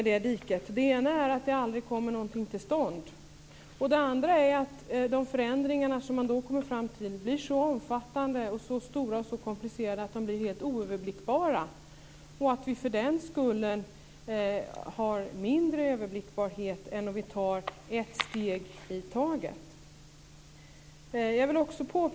Den ena risken är att det aldrig kommer någonting till stånd, och den andra risken är att de förändringar som man kan komma fram till blir så omfattande, stora och komplicerade att de blir helt oöverblickbara. För den skull kan vi få mindre överblickbarhet än om vi tar ett steg i taget.